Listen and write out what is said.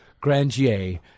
Grandier